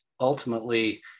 ultimately